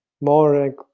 more